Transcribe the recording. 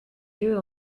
yeux